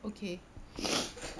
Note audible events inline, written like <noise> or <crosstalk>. okay <breath>